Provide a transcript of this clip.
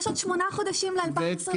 יש עוד שמונה חודשים ל-2022,